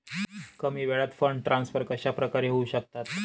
कमी वेळात fund transfer कशाप्रकारे होऊ शकतात?